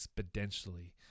exponentially